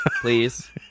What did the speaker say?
please